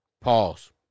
Pause